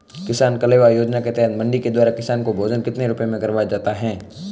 किसान कलेवा योजना के तहत मंडी के द्वारा किसान को भोजन कितने रुपए में करवाया जाता है?